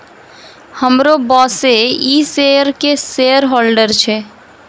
हमरो बॉसे इ शेयर के शेयरहोल्डर छै